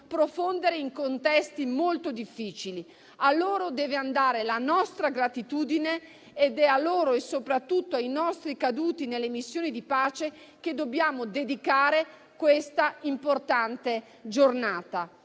profondere in contesti molto difficili. A loro deve andare la nostra gratitudine ed è a loro e soprattutto ai nostri caduti nelle missioni di pace che dobbiamo dedicare questa importante giornata.